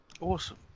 awesome